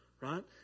right